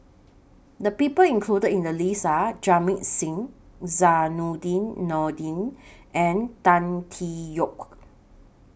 The People included in The list Are Jamit Singh Zainudin Nordin and Tan Tee Yoke